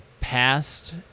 past